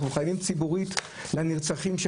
אנחנו חייבים ציבורית לנרצחים.